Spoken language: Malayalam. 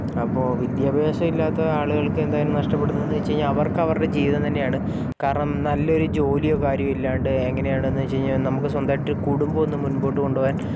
അപ്പോൾ വിദ്യാഭ്യാസം ഇല്ലാത്ത ആളുകൾക്ക് എന്തായാലും നഷ്ടപ്പെടുന്നതെന്നു വച്ചു കഴിഞ്ഞാൽ അവർക്ക് അവരുടെ ജീവിതം തന്നെയാണ് കാരണം നല്ലൊരു ജോലിയോ കാര്യമോ ഇല്ലാണ്ട് എങ്ങനെയാണെന്നു വച്ചു കഴിഞ്ഞാൽ നമുക്ക് സ്വന്തമായിട്ട് ഒരു കുടുംബം ഒന്നും മുൻപോട്ടു കൊണ്ടുപോവാൻ